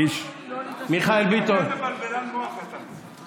מיכאל ביטון, בלבלן מוח אתה.